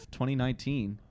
2019